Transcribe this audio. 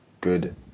good